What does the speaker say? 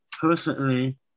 personally